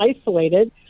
isolated